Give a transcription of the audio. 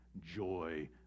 joy